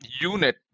unit